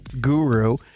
guru